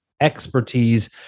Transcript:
expertise